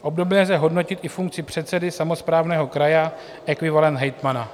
Obdobně lze hodnotit i funkci předsedy samosprávného kraje, ekvivalent hejtmana.